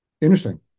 Interesting